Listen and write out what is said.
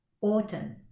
Autumn